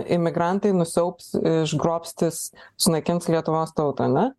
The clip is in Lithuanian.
imigrantai nusiaubs išgrobstys sunaikins lietuvos tautą ane